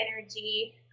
energy